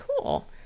cool